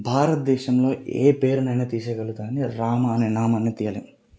భారత దేశంలో ఏ పేరునైనా తీసేయగలుగుతాము కానీ రామా అనే నామాన్ని తీయలేము